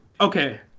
Okay